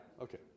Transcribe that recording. Okay